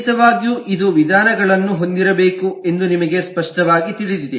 ಖಂಡಿತವಾಗಿಯೂ ಇದು ವಿಧಾನಗಳನ್ನು ಹೊಂದಿರಬೇಕು ಎಂದು ನಿಮಗೆ ಸ್ಪಷ್ಟವಾಗಿ ತಿಳಿದಿದೆ